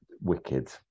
wicked